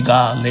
God